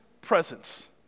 presence